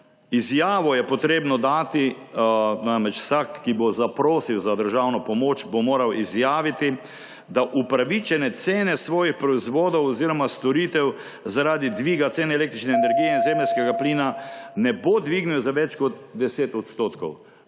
izjavo je treba dati, kajti vsak, ki bo zaprosil za državno pomoč, bo moral izjaviti, da upravičene cene svojih proizvodov oziroma storitev zaradi dviga cen električne energije in zemeljskega plina ne bo dvignil za več kot 10 %.